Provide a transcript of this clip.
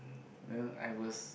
then I was